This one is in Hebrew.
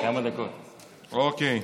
אוקיי.